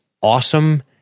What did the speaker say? awesome